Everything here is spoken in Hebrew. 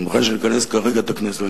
אני מוכן שנכנס כרגע את הכנסת.